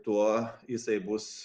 tuo jisai bus